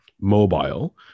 mobile